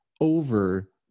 over